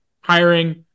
hiring